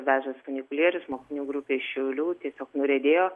vežas funikulierius mokinių grupė iš šiaulių tiesiog nuriedėjo